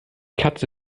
katze